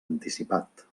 anticipat